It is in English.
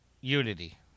Unity